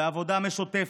בעבודה משותפת,